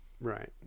Right